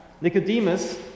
Nicodemus